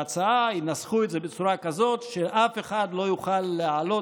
ינסחו את זה בצורה כזאת שאף אחד לא יוכל להעלות